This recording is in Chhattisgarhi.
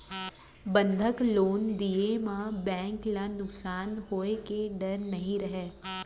बंधक लोन दिये म बेंक ल नुकसान होए के डर नई रहय